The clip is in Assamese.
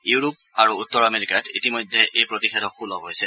ইউৰোপ আৰু উত্তৰ আমেৰিকাত ইতিমধ্যে এই প্ৰতিষেধক সূলভ হৈছে